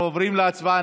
אנחנו עוברים להצבעה.